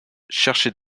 chercher